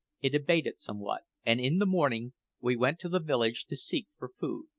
it abated somewhat and in the morning we went to the village to seek for food,